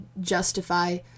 justify